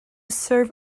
serve